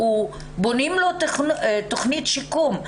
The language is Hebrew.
בונים לו תכנית שיקום.